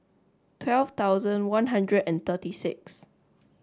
twelve thousand one hundred and thirty six